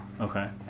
Okay